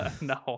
No